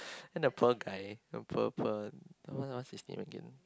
and then the poor guy the poor poor wh~ what's his name again